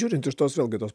žiūrint iš tos vėlgi tos